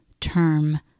term